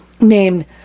named